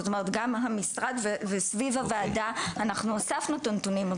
זאת אומרת גם המשרד וסביב הוועדה אנחנו הוספנו את הנתונים.